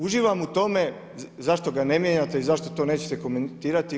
Uživam u tome zašto ga ne mijenjate i zašto to nećete komentirati.